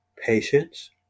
Patience